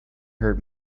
hurt